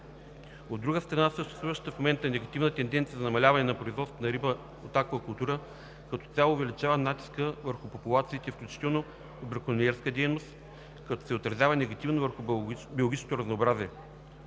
От друга страна, съществуващата в момента негативна тенденция за намаляване на производството на риба от аквакултура като цяло увеличава натиска върху популациите включително и от бракониерска дейност, което се отразява негативно върху биологичното разнообразие.